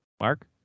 Mark